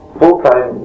full-time